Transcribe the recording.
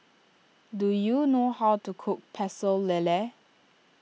do you know how to cook Pecel Lele